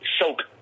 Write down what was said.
soak